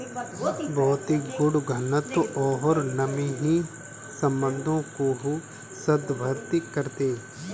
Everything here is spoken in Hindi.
भौतिक गुण घनत्व और नमी संबंधों को संदर्भित करते हैं